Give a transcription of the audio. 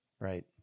Right